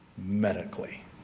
medically